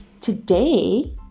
today